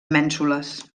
mènsules